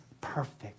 perfect